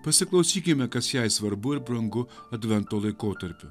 pasiklausykime kas jai svarbu ir brangu advento laikotarpiu